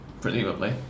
presumably